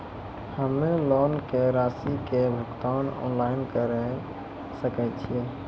हम्मे लोन के रासि के भुगतान ऑनलाइन करे सकय छियै?